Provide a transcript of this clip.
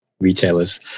retailers